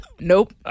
Nope